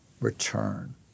return